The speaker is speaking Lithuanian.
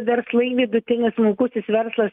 verslai vidutinis smulkusis verslas